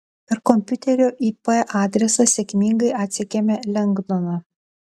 per kompiuterio ip adresą sėkmingai atsekėme lengdoną